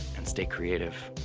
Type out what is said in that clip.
and stay creative.